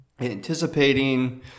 anticipating